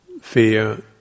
fear